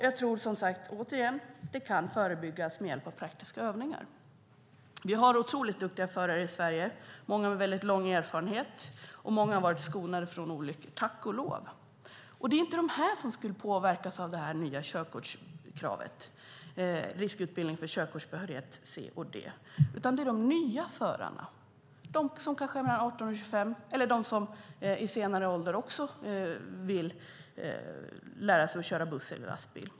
Jag tror som sagt att det kan förebyggas med hjälp av praktiska övningar. Vi har otroligt duktiga förare i Sverige. Många har väldigt lång erfarenhet. Många har varit skonade från olyckor. Tack och lov! Det är inte de som ska påverkas av det nya körkortskravet, riskutbildning för körkortsbehörighet C och D. Det är de nya förarna, de som är mellan 18 och 25 år eller de som i senare ålder också vill lära sig att köra buss eller lastbil.